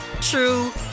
true